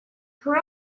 her